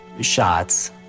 shots